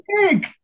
big